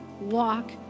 walk